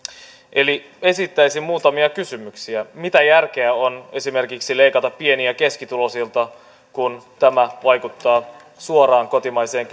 esittäisin muutamia kysymyksiä mitä järkeä on esimerkiksi leikata pieni ja keskituloisilta kun tämä vaikuttaa suoraan kotimaiseen